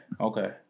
okay